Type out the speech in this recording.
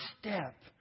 step